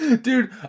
Dude